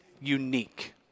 unique